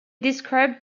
described